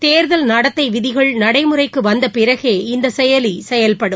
தேர்தல் நடத்தைவிதிகள் நடைமுறைக்குவந்தபிறகே இந்தசெயலிசெயல்படும்